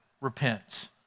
repents